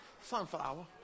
sunflower